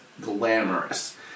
glamorous